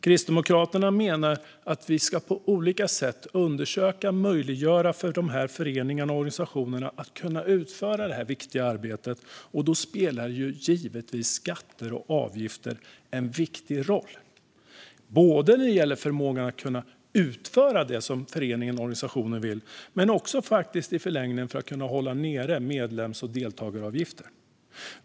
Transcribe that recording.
Kristdemokraterna menar att vi på olika sätt ska undersöka hur vi kan möjliggöra för de här föreningarna och organisationerna att utföra sitt viktiga arbete, och då spelar givetvis skatter och avgifter en viktig roll. Det gäller både förmågan att utföra det som föreningen och organisationen vill och i förlängningen även för att kunna hålla nere medlems och deltagaravgifter.